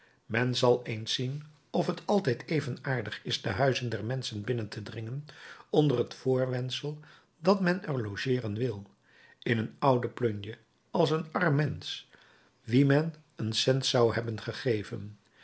men zal eens zien of t altijd even aardig is de huizen der menschen binnen te dringen onder het voorwendsel dat men er logeeren wil in een oude plunje als een arm mensch wien men een cent zou hebben gegeven